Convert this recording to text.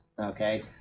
okay